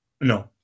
No